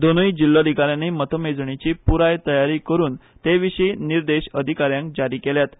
दोनूय जिल्लोधिकाऱ्यानी मतमेजणेची प्रराय तयारी करुन तेविशीचे निर्देश अधिकाऱ्यांक जारी केल्यात